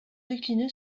décliné